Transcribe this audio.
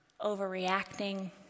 overreacting